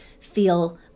feel